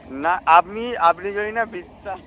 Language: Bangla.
না আপনি আপনি যদি না বিশ্বাস